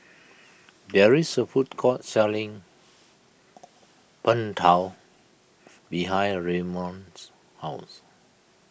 there is a food court selling Png Tao behind Ramon's house